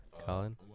Colin